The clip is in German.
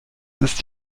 ist